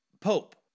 Pope